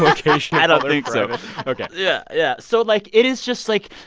like i don't think so ok yeah, yeah. so, like, it is just, like,